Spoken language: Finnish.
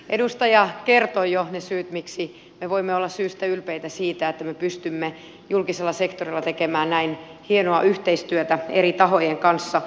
edustaja kertoi jo ne syyt miksi me voimme olla syystä ylpeitä siitä että me pystymme julkisella sektorilla tekemään näin hienoa yhteistyötä eri tahojen kanssa